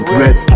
red